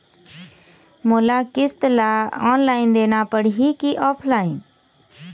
मोला किस्त ला ऑनलाइन देना पड़ही की ऑफलाइन?